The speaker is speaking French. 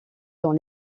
dans